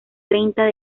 treintena